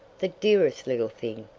the dearest little thing,